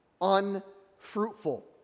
unfruitful